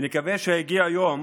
ונקווה שיגיע יום